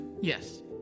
Yes